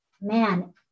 man